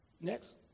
Next